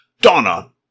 Donna